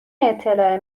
اطلاع